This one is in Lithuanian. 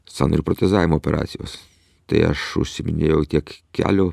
sąnario protezavimo operacijos tai aš užsiiminėjau tiek kelių